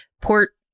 Port